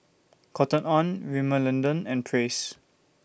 Cotton on Rimmel London and Praise